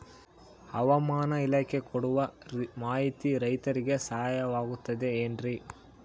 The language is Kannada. ಹವಮಾನ ಇಲಾಖೆ ಕೊಡುವ ಮಾಹಿತಿ ರೈತರಿಗೆ ಸಹಾಯವಾಗುತ್ತದೆ ಏನ್ರಿ?